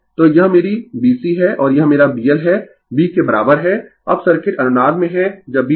तो यह मेरी B C है और यह मेरा B L है B के बराबर है अब सर्किट अनुनाद में है जब B 0